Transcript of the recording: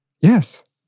Yes